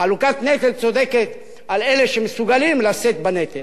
חלוקת נטל צודקת על אלה שמסוגלים לשאת בנטל.